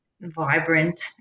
vibrant